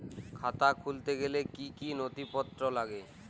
খাতা খুলতে গেলে কি কি নথিপত্র লাগে?